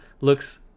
looks